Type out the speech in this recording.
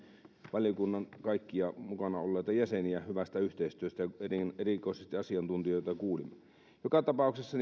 valiokunnan kaikkia mukana olleita jäseniä hyvästä yhteistyöstä ja erikoisesti asiantuntijoita joita kuulimme joka tapauksessa